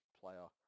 player